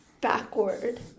backward